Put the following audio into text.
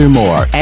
more